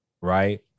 Right